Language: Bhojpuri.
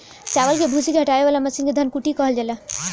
चावल के भूसी के हटावे वाला मशीन के धन कुटी कहल जाला